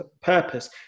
purpose